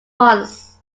once